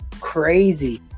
crazy